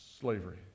slavery